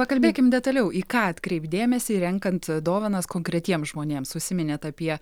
pakalbėkim detaliau į ką atkreipt dėmesį renkant dovanas konkretiem žmonėms užsiminėt apie